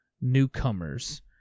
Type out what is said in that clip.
newcomers